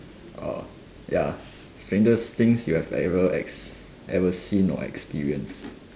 orh ya strangest things you have ever ex~ you have ever seen or experienced